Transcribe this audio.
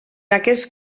aquest